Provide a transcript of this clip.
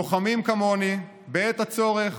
לוחמים כמוני בעת הצורך